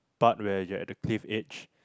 part where you are at the cliff edge